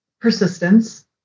persistence